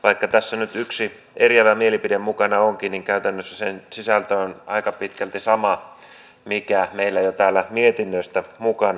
vaikka tässä nyt yksi eriävä mielipide mukana onkin niin käytännössä sen sisältö on aika pitkälti sama mikä meillä jo täällä mietinnössä mukana löytyy